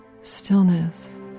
stillness